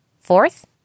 Fourth